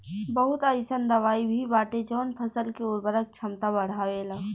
बहुत अईसन दवाई भी बाटे जवन फसल के उर्वरक क्षमता बढ़ावेला